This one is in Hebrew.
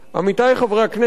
עמיתי חברי הכנסת,